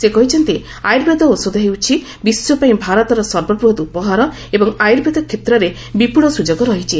ସେ କହିଛନ୍ତି ଆୟର୍ବେଦ ଔଷଧ ହେଉଛି ବିଶ୍ୱପାଇଁ ଭାରତର ସର୍ବବୃହତ୍ ଉପହାର ଏବଂ ଆୟୁର୍ବେଦ କ୍ଷେତ୍ରରେ ବିପୁଳ ସୁଯୋଗ ରହିଛି